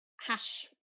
hash